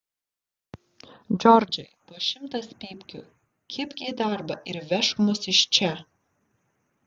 džordžai po šimtas pypkių kibk į darbą ir vežk mus iš čia